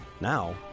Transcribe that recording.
Now